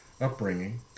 upbringing